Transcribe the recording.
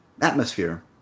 atmosphere